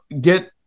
get